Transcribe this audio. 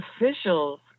officials